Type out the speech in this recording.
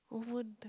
over there